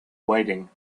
waiting